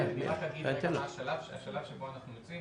אני אגיד מה השלב שבו אנחנו נמצאים.